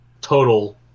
total